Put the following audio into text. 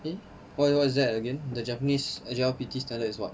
eh what what is that again the japanese J_L_P_T is what